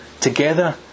together